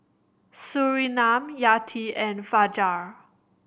Surinam Yati and Fajar